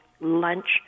lunch